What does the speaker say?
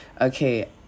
okay